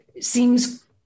seems